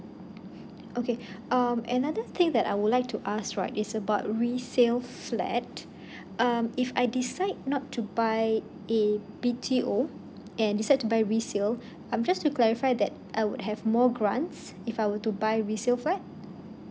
okay um another thing that I would like to us right is about resale flat um if I decide not to buy a B_T_O and decide to buy resale um just to clarify that I would have more grants if I were to buy resale flat